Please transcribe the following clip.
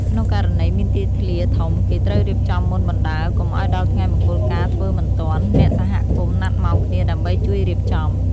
ក្នុងករណីមានទីធ្លាធំគេត្រូវរៀបចំមុនបណ្តើរកុំឱ្យដល់ថ្ងៃមង្គលការធ្វើមិនទាន់ អ្នកសហគមន៍ណាត់ម៉ោងគ្នាដើម្បីជួយរៀបចំ។